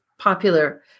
popular